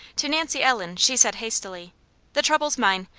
to nancy ellen she said hastily the trouble's mine.